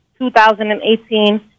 2018